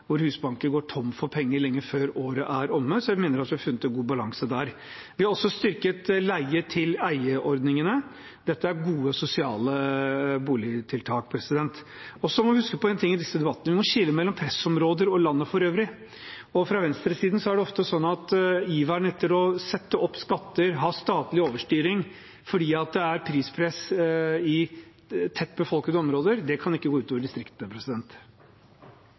hvor Husbanken går tom for penger lenge før året er omme, så jeg mener at vi har funnet en god balanse der. Vi har også styrket leie-til-eie-ordningene. Dette er gode sosiale boligtiltak. Så må vi huske på en ting i disse debattene. Vi må skille mellom pressområder og landet for øvrig. Fra venstresiden er det ofte en iver etter å sette opp skatter og ha statlig overstyring fordi det er prispress i tett befolkede områder. Det kan ikke gå ut over